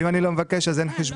ואם אני לא מבקש אז אין חשבונית.